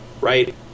right